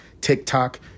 TikTok